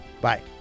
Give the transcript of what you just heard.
Bye